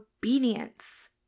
obedience